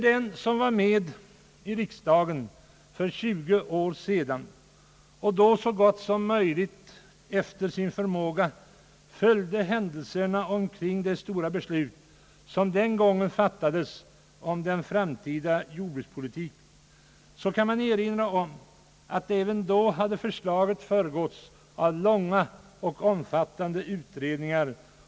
Den som var med i riksdagen för 20 år sedan och då efter bästa förmåga följde händelserna omkring det stora beslut, som fattades om den framtida jordbrukspolitiken, kan erinra om att även då hade förslaget föregåtts' av långa och omfattande utredningar.